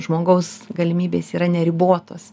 žmogaus galimybės yra neribotos